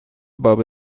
باب